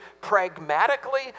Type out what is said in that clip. pragmatically